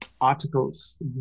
articles